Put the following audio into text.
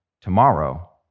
Tomorrow